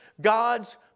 God's